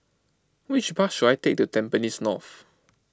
which bus should I take to Tampines North